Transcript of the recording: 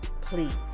please